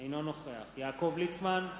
אינו נוכח יעקב ליצמן,